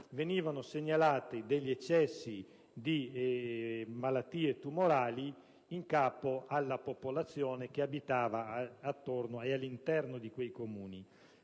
venivano segnalati degli eccessi di malattie tumorali in capo alla popolazione che abitava all'interno dei Comuni